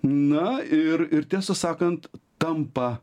na ir ir tiesą sakant tampa